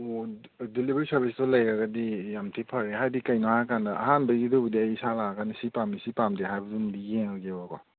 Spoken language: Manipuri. ꯑꯣ ꯗꯤꯂꯤꯕꯔꯤ ꯁꯥꯔꯕꯤꯁꯇꯤ ꯂꯩꯔꯒꯗꯤ ꯌꯥꯝ ꯊꯤꯅ ꯐꯔꯦ ꯍꯥꯏꯕꯗꯤ ꯀꯩꯅꯣ ꯍꯥꯏꯔꯀꯥꯟꯗ ꯑꯍꯥꯟꯕꯒꯤꯗꯨꯕꯨꯗꯤ ꯑꯩ ꯏꯁꯥ ꯂꯥꯛꯑꯀꯥꯟꯗ ꯁꯤ ꯄꯥꯝꯃꯤ ꯁꯤ ꯄꯥꯝꯗꯦ ꯍꯥꯏꯕꯗꯨꯃꯗꯤ ꯌꯦꯡꯉꯒꯦꯕꯀꯣ